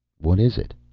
what is it?